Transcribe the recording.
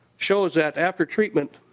shows that after treatment